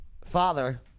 Father